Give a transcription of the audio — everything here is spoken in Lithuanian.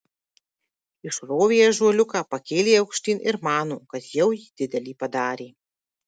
išrovė ąžuoliuką pakėlė aukštyn ir mano kad jau jį didelį padarė